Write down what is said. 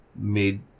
made